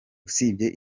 usibye